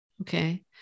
Okay